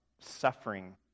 suffering